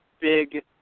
big